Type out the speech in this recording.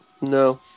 No